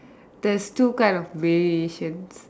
there's two kind of variations